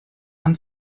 and